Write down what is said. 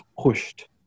pushed